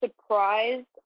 surprised